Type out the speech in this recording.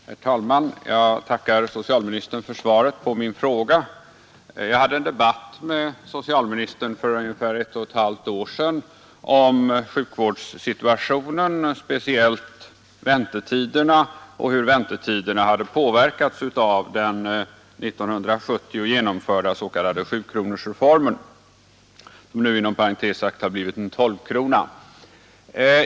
Herr talman! Jag tackar socialministern för svaret på min fråga. Jag hade en debatt med socialministern för ungefär ett och ett halvt år sedan om sjukvårdssituationen, speciellt om väntetiderna och hur de hade påverkats av den 1970 genomförda s.k. sjukronorsreformen — nu har sjukronan inom parentes sagt blivit en tolvkrona.